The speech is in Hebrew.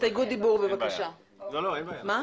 בעד